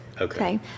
okay